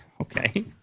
Okay